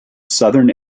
southern